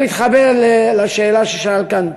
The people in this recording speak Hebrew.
אני מתחבר לשאלה ששאל כאן